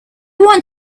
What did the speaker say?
want